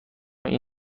این